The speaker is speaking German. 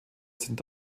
sind